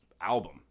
album